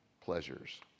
pleasures